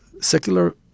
secular